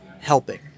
helping